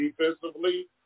defensively